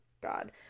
God